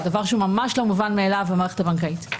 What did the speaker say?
התשפ"ג-2023.